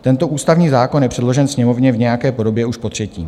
Tento ústavní zákon je předložen Sněmovně v nějaké podobě už potřetí.